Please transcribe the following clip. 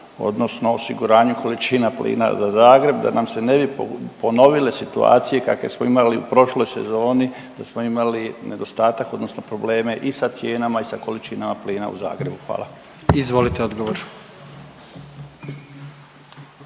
odnosno osiguranju količina plina za Zagreb da nam se ne bi ponovile situacije kakve smo imali u prošloj sezoni da smo imali nedostatak odnosno probleme i sa cijenama i sa količinama plina u Zagrebu? Hvala. **Jandroković,